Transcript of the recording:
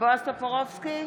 בועז טופורובסקי,